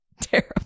Terrible